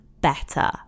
better